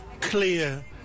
clear